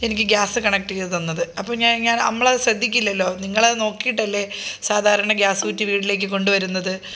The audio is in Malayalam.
എനിക്ക് ഗ്യാസ് കണക്ട്യ്ത് തന്നത് അപ്പോള് ഞാൻ നമ്മളത് ശ്രദ്ധിക്കില്ലല്ലോ നിങ്ങളത് നോക്കിയിട്ടല്ലേ സാധാരണ ഗ്യാസ് കുറ്റി വീട്ടിലേക്ക് കൊണ്ടുവരുന്നത്